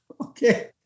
okay